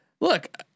Look